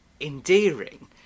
endearing